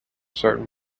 certain